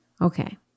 Okay